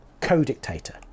co-dictator